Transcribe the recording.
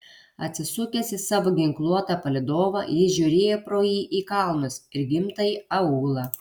atsisukęs į savo ginkluotą palydovą jis žiūrėjo pro jį į kalnus ir gimtąjį aūlą